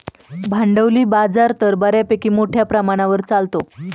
भांडवली बाजार तर बऱ्यापैकी मोठ्या प्रमाणावर चालतो